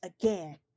again